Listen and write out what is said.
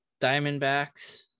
Diamondbacks